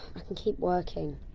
i can keep working.